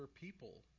people